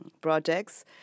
projects